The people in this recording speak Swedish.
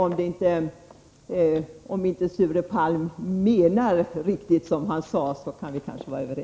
Men Sture Palm kanske inte menade vad han sade.